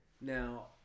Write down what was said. now